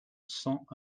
cent